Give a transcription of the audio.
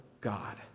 God